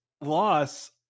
loss